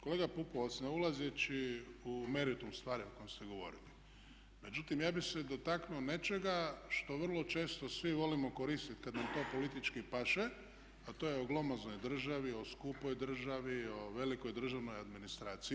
Kolega Pupovac, ne ulazeći u meritum stvari o kojem ste govorili, međutim ja bih se dotaknuo nečega što vrlo često svi volimo koristiti kad nam to politički paše, a to je o glomaznoj državi, o skupoj državi, o velikoj državnoj administraciji.